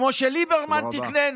כמו שליברמן תכנן,